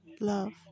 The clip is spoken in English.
love